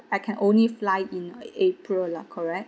I can only fly in april lah correct